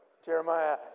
Jeremiah